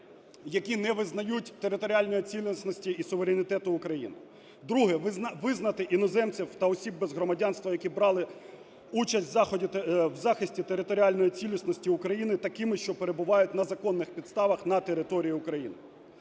які не визнають територіальної цілісності і суверенітету України. Друге – визнати іноземців та осіб без громадянства, які брали участь у захисті територіальної цілісності України, такими, що перебувають на законних підставах на території України.